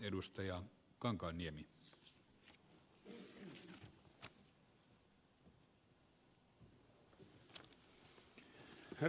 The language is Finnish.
arvoisa herra puhemies